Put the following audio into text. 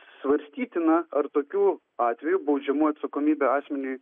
svarstytina ar tokiu atveju baudžiamoji atsakomybė asmeniui